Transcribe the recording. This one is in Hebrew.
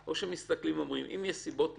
או שמסתכלים ואומרים שאם יש סיבות מוצדקות,